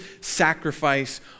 sacrifice